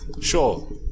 Sure